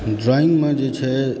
ड्राइंगमे जे छै